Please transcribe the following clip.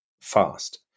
fast